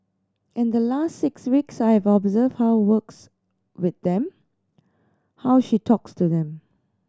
in the last six weeks I have observed how works with them how she talks to them